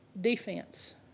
defense